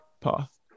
path